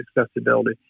accessibility